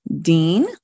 Dean